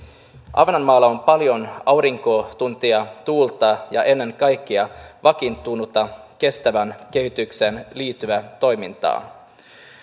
ahvenanmaalla on paljon aurinkotunteja tuulta ja ennen kaikkea vakiintunutta kestävään kehitykseen liittyvää toimintaa